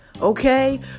Okay